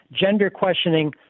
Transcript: gender-questioning